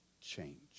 change